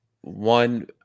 One